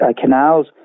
canals